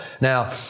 Now